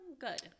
good